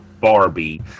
Barbie